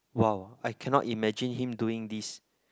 wow I cannot imagine him doing this